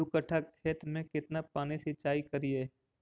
दू कट्ठा खेत में केतना पानी सीचाई करिए?